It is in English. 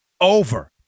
Over